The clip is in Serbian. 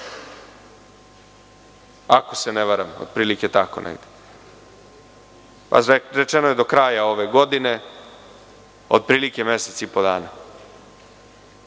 ako se ne varam otprilike tako negde, pa rečeno je do kraja ove godine, otprilike mesec i po dana.